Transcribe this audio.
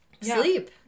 sleep